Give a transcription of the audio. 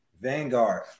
Vanguard